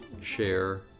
share